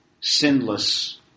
sinless